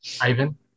Ivan